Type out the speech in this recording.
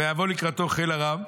ויבוא לקראתו חיל ארם",